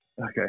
Okay